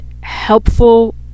helpful